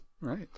Right